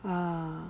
ah